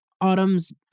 Autumn's